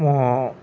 ମୁଁ